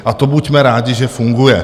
A to buďme rádi, že funguje.